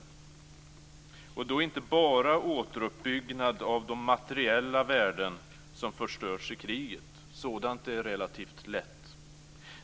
Det handlar då inte bara om återuppbyggnad av de materiella värden som har förstörts i kriget. Sådant är relativt lätt.